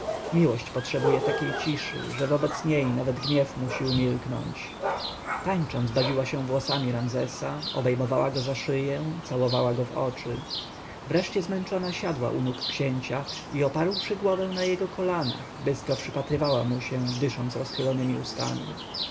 miłość potrzebuje takiej ciszy że wobec niej nawet gniew musi umilknąć tańcząc bawiła się włosami ramzesa obejmowała go za szyję całowała w oczy wreszcie zmęczona siadła u nóg księcia i oparłszy głowę na jego kolanach bystro przypatrywała mu się dysząc rozchylonemi ustami